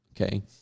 Okay